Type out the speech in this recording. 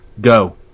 go